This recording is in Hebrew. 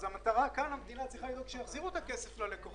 אז כאן המדינה צריכה לדאוג שיחזירו את הכסף ללקוחות,